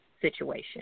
situation